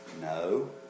no